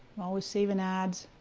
always saving ads,